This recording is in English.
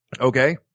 Okay